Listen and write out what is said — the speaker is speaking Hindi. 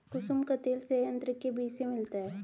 कुसुम का तेल संयंत्र के बीज से मिलता है